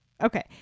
okay